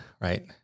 right